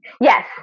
Yes